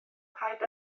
paid